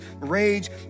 rage